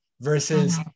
versus